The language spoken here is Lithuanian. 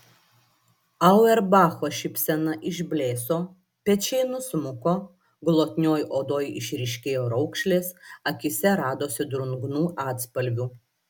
auerbacho šypsena išblėso pečiai nusmuko glotnioj odoj išryškėjo raukšlės akyse radosi drungnų atspalvių